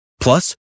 Plus